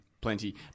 Plenty